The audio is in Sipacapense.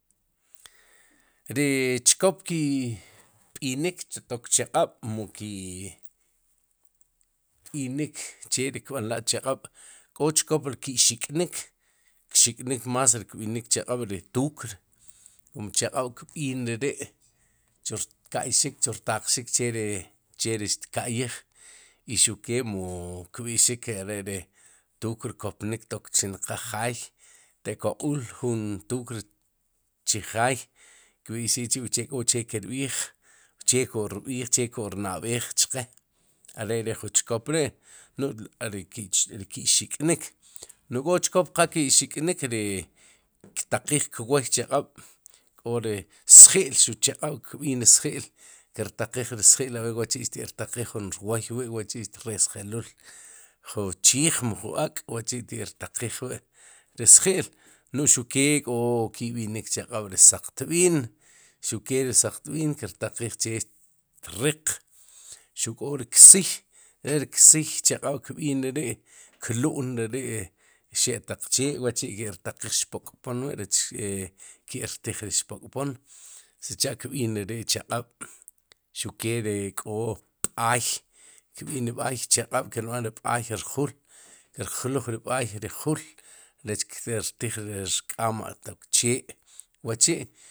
Ri chkop ki'b'inik tok chaq'ab' mu ki b'inik che ri kb'anla'chaq'ab'kó chkop ri ki'xik'nik kxik'nik más ri kb'inik ri tukr kum chaq'b'kb'in re ri chu rka'yxik chu rtaqxik che ri xtka'yij y xuq ke wu kb'ixik are ri tukr kopnik tok chinqaj jaay te'koq'ul jun tukr chijay kb'ixik chi' uche k'o kirb'ij che cheko' ke'rna'b'ej chqe are ri jun chkop ri', nu'j are ri ki' xik'nik nu'j k'o chkop qa ki'xik'nik ri ktaqij ri kwoy chaq'ab' k'ore sji'l xuq chaq'ab'kb'in ri sji'l ki rtaqij ri sji'l haber wa'chi' xti'rtaqiij jun rwoy wi' wa'chi' xtresjelul jun chiij mu ju ak' wa'chi'xti'rtaqij wi' ri sji'l nuj xuk kee k'o ki b'inik ri chaq'ab' ri saqtb'iin xuq kee ri saqtb'iin ki rtaqij che ri xtriq xuq k'o ri ksiy re ri ksiy chaq'b' kb'in re ri klu'n re ri xe' taq chee wa'ki rtaqij xpok'pom wi' rech e rech ki'rtij ri xpok'pom sicha'kb'iin re ri chaq'ab', xuq kee k'o ri b'aay kb'iin ri b'aay chaq'ab' kirb'an ri b'ay rjul ki rjluj ri b'ay ri jul rech ki'rtij ri rk'am tok chee wa chi'.